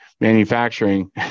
manufacturing